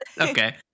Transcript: Okay